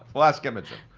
we'll ask imogen.